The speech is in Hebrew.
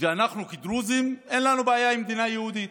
ואנחנו כדרוזים אין לנו בעיה עם מדינה יהודית.